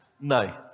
No